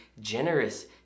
generous